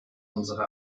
unsere